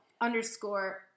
underscore